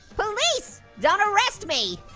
police, don't arrest me.